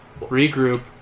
regroup